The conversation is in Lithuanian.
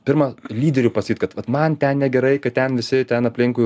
pirma lyderiui pasakyt kad vat man ten negerai kad ten visi ten aplinkui